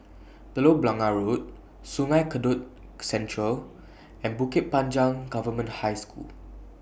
Telok Blangah Road Sungei Kadut Central and Bukit Panjang Government High School